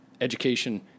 education